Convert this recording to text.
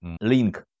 link